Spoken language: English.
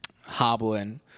hobbling